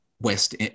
west